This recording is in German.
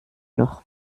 noch